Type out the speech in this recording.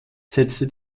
setzte